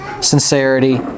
sincerity